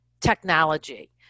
technology